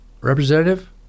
representative